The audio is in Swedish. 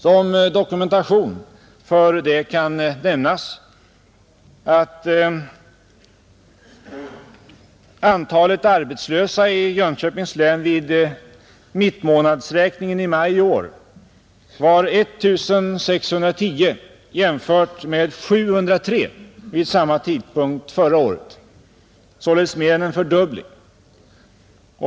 Som dokumentation för det kan nämnas att antalet arbetslösa i Jönköpings län vid mittmånadsräkningen i maj i år var 1 610 jämfört med 703 vid samma tidpunkt förra året — således mer än en fördubbling.